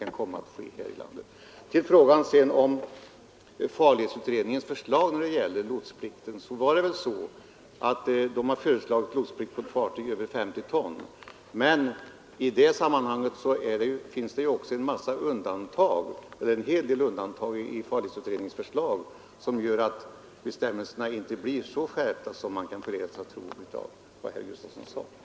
Det var väl så att farledsutredningens förslag gick ut på att det skulle vara lotsplikt för fartyg över 50 ton. I förslaget fanns emellertid en hel del undantag som gjorde att bestämmelserna inte blev så skärpta som man skulle kunna förledas att tro av vad herr Gustafson i Göteborg sade.